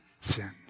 sin